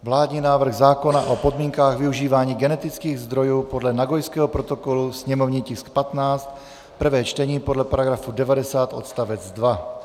Vládní návrh zákona o podmínkách využívání genetických zdrojů podle Nagojského protokolu /sněmovní tisk 15/ prvé čtení podle § 90 odst. 2